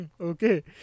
okay